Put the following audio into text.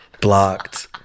blocked